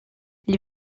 les